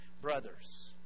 brothers